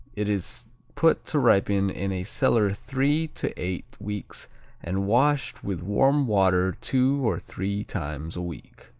it is put to ripen in a cellar three to eight weeks and washed with warm water two or three times a week.